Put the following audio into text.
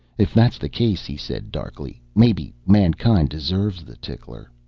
if that's the case, he said darkly, maybe mankind deserves the tickler.